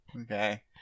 Okay